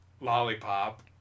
lollipop